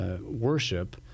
Worship